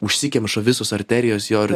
užsikemša visos arterijos jo ir